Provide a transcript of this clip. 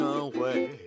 away